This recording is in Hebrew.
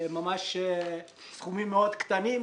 ממש בסכומים מאוד קטנים,